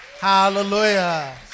Hallelujah